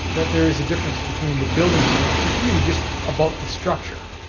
that there is a difference between the building permit, which is really just about the structure,